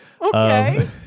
Okay